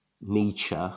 Nietzsche